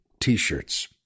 T-shirts